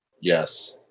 Yes